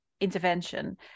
intervention